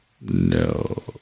No